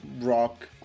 rock